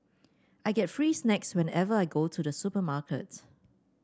I get free snacks whenever I go to the supermarket